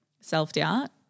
self-doubt